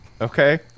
okay